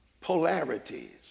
polarities